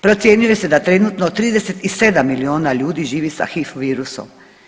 Procjenjuje se da trenutno 37 miliona ljudi živi sa HIV virusom.